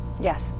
Yes